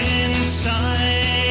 inside